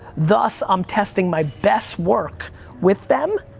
thus i'm testing my best work with them,